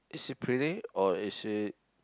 is she pretty or is she